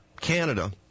Canada